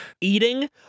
eating